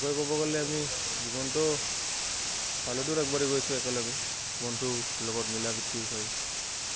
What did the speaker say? ক'ব গ'লে আমি জীৱনটো ভালে দূৰ আগবাঢ়ি গৈছোঁ একেলগে বন্ধুৰ লগত মিলা প্ৰীতি হয়